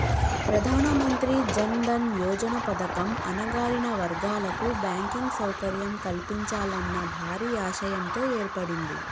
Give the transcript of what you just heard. ప్రధానమంత్రి జన్ దన్ యోజన పథకం అణగారిన వర్గాల కు బ్యాంకింగ్ సౌకర్యం కల్పించాలన్న భారీ ఆశయంతో ఏర్పడింది